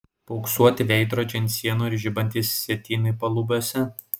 paauksuoti veidrodžiai ant sienų ir žibantys sietynai palubiuose